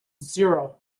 zero